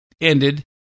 ended